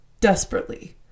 Desperately